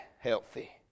healthy